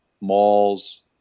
Malls